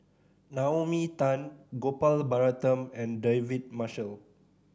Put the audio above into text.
Naomi Tan Gopal Baratham and David Marshall